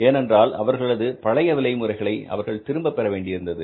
ஏனென்றால் அவர்களது பழைய விலை முறைகளை அவர்கள் திரும்பப் பெற வேண்டி இருந்தது